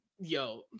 yo